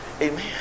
Amen